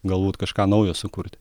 galbūt kažką naujo sukurti